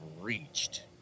reached